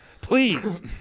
Please